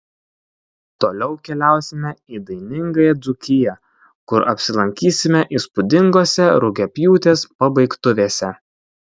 toliau keliausime į dainingąją dzūkiją kur apsilankysime įspūdingose rugiapjūtės pabaigtuvėse